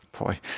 boy